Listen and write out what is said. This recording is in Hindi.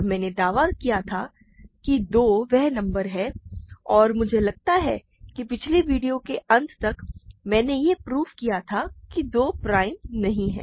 और मैंने दावा किया था कि 2 वह नंबर है और मुझे लगता है कि पिछले वीडियो के अंत तक मैंने यह प्रूव किया था कि 2 प्राइम नहीं है